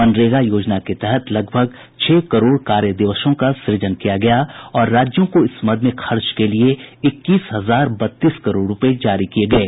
मनरेगा योजना के तहत करीब छह करोड कार्यदिवसों का सुजन किया गया और राज्यों को इस मद में खर्च के लिए इक्कीस हजार बत्तीस करोड रूपये जारी किये गये